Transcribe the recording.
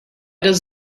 does